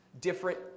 different